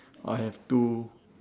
I have two